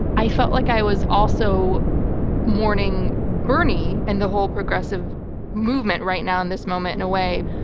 i felt like i was also mourning bernie and the whole progressive movement right now in this moment in a way.